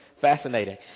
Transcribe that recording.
fascinating